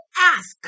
ask